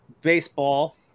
baseball